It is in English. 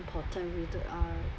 important written are